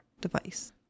device